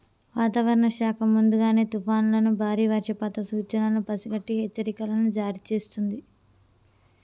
వాతావరణ శాఖ ముందుగానే తుఫానులను బారి వర్షపాత సూచనలను పసిగట్టి హెచ్చరికలను జారీ చేస్తుంది